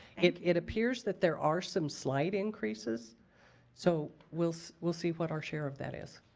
it it appears that there are some slight increases so we'll so we'll see what our share of that is.